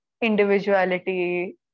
individuality